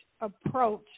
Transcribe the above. approach